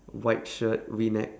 white shirt V neck